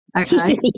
Okay